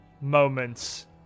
moments